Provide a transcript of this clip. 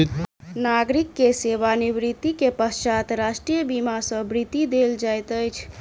नागरिक के सेवा निवृत्ति के पश्चात राष्ट्रीय बीमा सॅ वृत्ति देल जाइत अछि